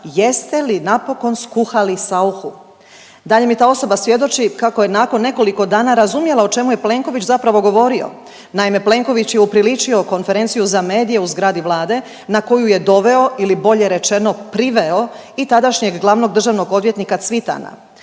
jeste li napokon skuhali Sauchu? Dalje mi ta osoba svjedoči kako je nakon nekoliko dana razumjela o čemu je Plenković zapravo govorio. Naime, Plenković je upriličio Konferenciju za medije u zgradi Vlade na koju je doveo ili bolje rečeno priveo i tadašnjeg glavnog državnog odvjetnika Cvitana.